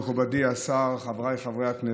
מכובדי השר, חבריי חברי הכנסת,